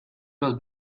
los